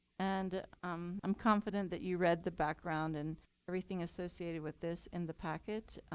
and i'm confident that you read the background and everything associated with this in the packet.